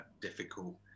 difficult